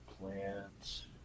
Plants